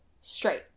Straight